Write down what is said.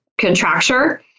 contracture